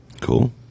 Cool